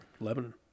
Lebanon